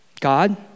God